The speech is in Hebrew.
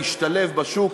להשתלב בשוק.